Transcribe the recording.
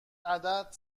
عدد